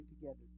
together